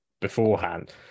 beforehand